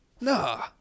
Nah